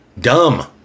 dumb